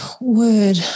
word